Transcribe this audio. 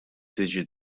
tiġi